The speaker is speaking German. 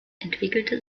entwickelte